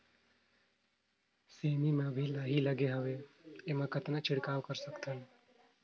सेमी म अभी लाही लगे हवे एमा कतना छिड़काव कर सकथन?